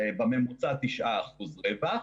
בממוצע 9 אחוזים רווח.